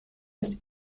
des